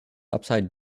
upside